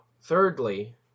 thirdly